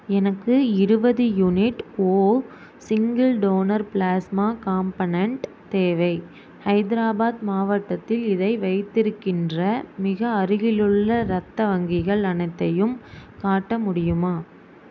எனக்கு இருவது unit O single donor plasma component தேவை ஹைதராபாத் மாவட்டத்தில் இதை வைத்திருக்கின்ற மிக அருகிலுள்ள இரத்த வங்கிகள் அனைத்தையும் காட்ட முடியுமா